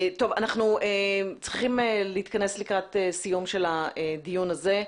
אנחנו צריכים להתכנס לקראת סיום של הדיון הזה.